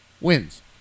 wins